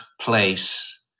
place